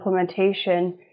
implementation